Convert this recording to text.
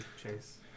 Chase